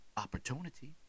Opportunity